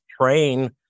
train